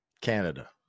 Canada